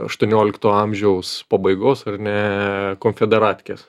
aštuoniolikto amžiaus pabaigos ar ne konfederatkes